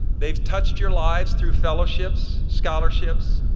they've touched your lives through fellowships, scholarships,